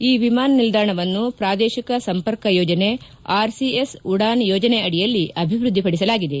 ಈ ವಿಮಾನ ನಿಲ್ದಾಣವನ್ನು ಪ್ರಾದೇಶಿಕ ಸಂಪರ್ಕ ಯೋಜನೆ ಆರ್ಸಿಎಸ್ ಉಡಾನ್ ಯೋಜನೆ ಅಡಿಯಲ್ಲಿ ಅಭಿವೃದ್ದಿ ಪಡಿಸಲಾಗಿದೆ